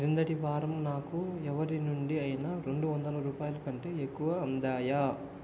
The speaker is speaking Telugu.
క్రిందటి వారం నాకు ఎవరి నుండి అయినా రెండువందల రూపాయల కంటే ఎక్కువ అందాయా